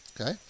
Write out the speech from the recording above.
Okay